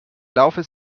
laufe